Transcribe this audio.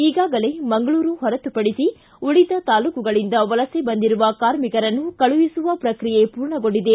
ಈಗಾಗಲೇ ಮಂಗಳೂರು ಹೊರತುಪಡಿಸಿ ಉಳಿದ ತಾಲೂಕುಗಳಿಂದ ವಲಸೆ ಬಂದಿರುವ ಕಾರ್ಮಿಕರನ್ನು ಕಳುಹಿಸುವ ಪ್ರಕ್ರಿಯೆ ಪೂರ್ಣಗೊಂಡಿದೆ